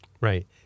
Right